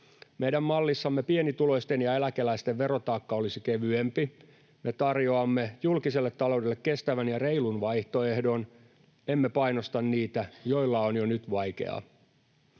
Meidän mallissamme pienituloisten ja eläkeläisten verotaakka olisi kevyempi. Me tarjoamme julkiselle taloudelle kestävän ja reilun vaihtoehdon, emme painosta niitä, joilla on jo nyt vaikeaa.